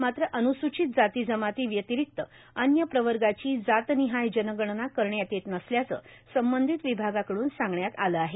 मात्र अनुसूचित जाती जमाती व्यतिरिक्त अन्य प्रवर्गाची जातनिहाय जनगणना करण्यात येत नसल्याचं संबंधित विभागाकडून सांगण्यात आलं आहे